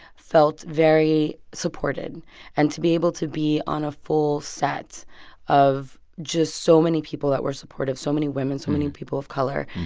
felt very supported and to be able to be on a full set of just so many people that were supportive, so many women, so many people of color,